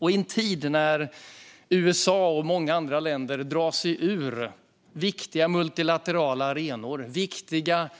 I en tid när USA och många andra länder drar sig ur viktiga multilaterala arenor och